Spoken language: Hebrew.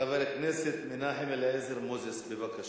חבר הכנסת מנחם אליעזר מוזס, בבקשה.